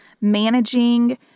managing